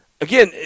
again